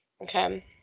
Okay